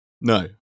no